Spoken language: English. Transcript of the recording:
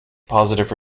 positive